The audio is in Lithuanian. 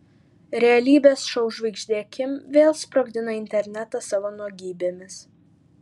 realybės šou žvaigždė kim vėl sprogdina internetą savo nuogybėmis